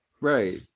Right